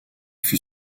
fut